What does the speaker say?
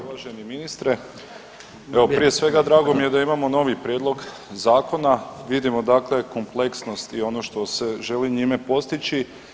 Uvaženi ministre, evo prije svega drago mi je da imamo novi prijedlog zakona, vidimo dakle kompleksnost i ono što se želi njime postići.